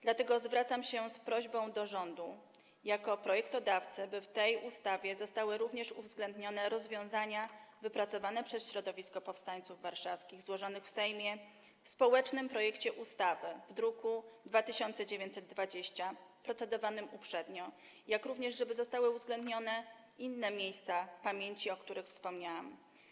Dlatego zwracam się z prośbą do rządu jako projektodawcy, by w tej ustawie zostały również uwzględnione rozwiązania wypracowane przez środowisko powstańców warszawskich złożone w Sejmie w formie społecznego projektu ustawy, druk nr 2920, procedowanego uprzednio, jak również żeby zostały uwzględnione w niej inne miejsca pamięci, o których wspomniałam.